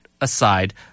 aside